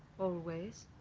always